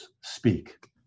speak